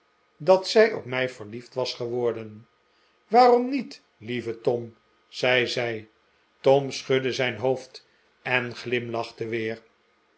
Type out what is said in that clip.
dat zij op mij verliefd was geworden waarom niet lieve tom zei zij tom schudde zijn hoofd en glimlachte weer